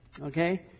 okay